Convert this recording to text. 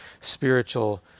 spiritual